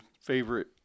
favorite